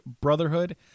brotherhood